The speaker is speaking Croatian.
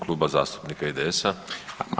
Kluba zastupnika IDS-a.